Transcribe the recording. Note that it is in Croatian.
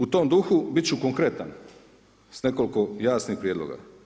U tom duhu biti ću konkretan s nekoliko jasnih prijedloga.